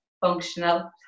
functional